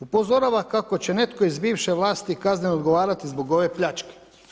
Upozorava kako će netko iz bivše vlasti kazneno odgovarati zbog ove pljačke.